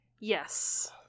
Yes